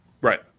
right